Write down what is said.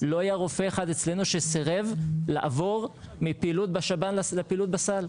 לא היה רופא אחד אצלנו שסירב לעבור מהפעילות בשב"ן לפעילות בסל.